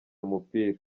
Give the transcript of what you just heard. umupira